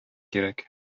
кирәк